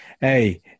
Hey